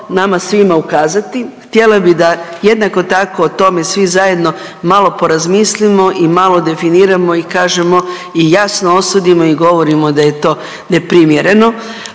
nama svima ukazati, htjela bi da jednako tako o tome svi zajedno malo porazmislimo i malo definiramo i kažemo i jasno osudimo i govorimo da je to neprimjereno.